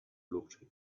looked